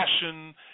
passion